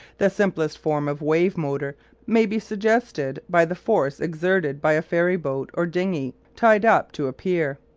the simplest form of wave-motor may be suggested by the force exerted by a ferry boat or dinghy tied up to a pier.